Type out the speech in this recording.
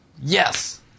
yes